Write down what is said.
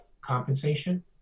compensation